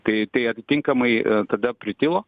tai tai atitinkamai tada pritilo